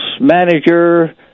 manager